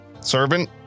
servant